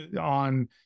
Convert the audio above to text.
on